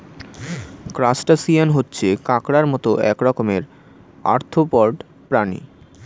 crustacean হচ্ছে কাঁকড়ার মত এক রকমের আর্থ্রোপড প্রাণী